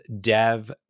Dev